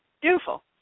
Beautiful